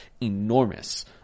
enormous